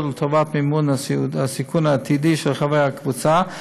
לטובת מימון הסיכון העתידי של חברי הקבוצה,